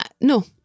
no